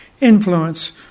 influence